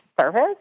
service